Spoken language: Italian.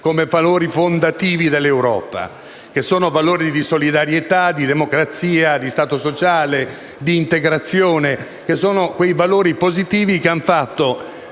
come valori fondativi dell'Europa, che sono valori di solidarietà, di democrazia, di Stato sociale e di integrazione, ovvero quei valori positivi che hanno fatto